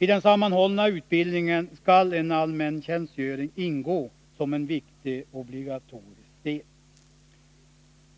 I den sammanhållna utbildningen skall en allmäntjänstgöring ingå som en viktig obligatorisk del.